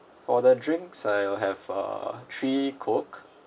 for the drinks I will have uh three coke